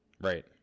right